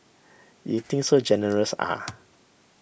you think so generous ah